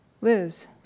Liz